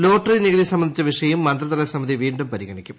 lottery നികുതി സംബന്ധിച്ച വിഷയം മന്ത്രിതല സമിതി വീണ്ടും പരിഗണിക്കും